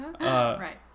Right